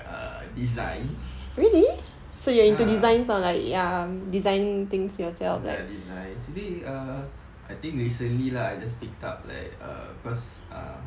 err design ya design err I think recently lah I just picked up like err cause err